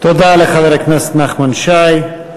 תודה לחבר הכנסת נחמן שי.